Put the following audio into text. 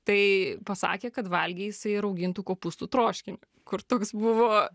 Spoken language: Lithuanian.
tai pasakė kad valgė jisai raugintų kopūstų troškinį kur toks buvo